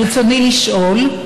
ברצוני לשאול: